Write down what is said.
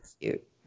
cute